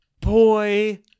Boy